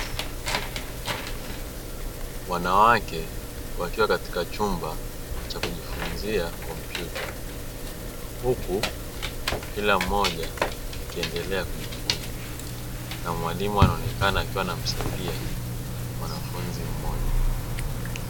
Wanawake wakiwa katika chumba cha kujifunza kompyuta, huku kila mmoja akiendelea kujifunza na mwalimu anaonekana akiwa anamsaidia mwanafunzi mmoja.